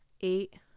eight